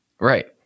Right